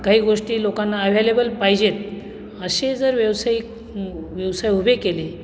काही गोष्टी लोकांना ॲव्हेलेबल पाहिजेत असे जर व्यावसायिक व्यवसाय उभे केले